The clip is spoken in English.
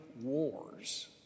wars